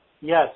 Yes